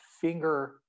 finger